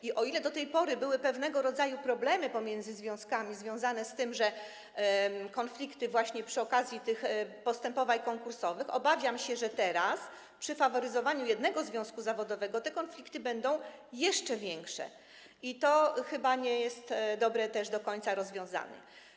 I o ile do tej pory były pewnego rodzaju problemy pomiędzy związkami związane z tym, że były konflikty właśnie przy okazji tych postępowań konkursowych, obawiam się, że teraz przy faworyzowaniu jednego związku zawodowego te konflikty będą jeszcze większe, i to chyba nie jest też do końca dobre rozwiązanie.